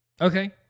Okay